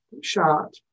shot